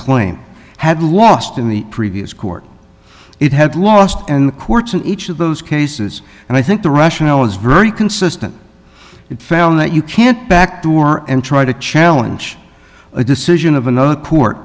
claim had lost in the previous court it had lost in the courts in each of those cases and i think the rationale was very consistent it found that you can't back door and try to challenge a decision of another